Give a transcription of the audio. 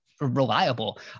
reliable